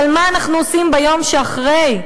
אבל מה אנחנו עושים ביום שאחרי?